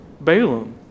Balaam